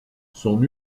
son